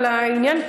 על העניין,